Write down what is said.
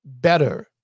better